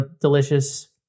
Delicious